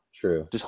true